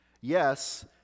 Yes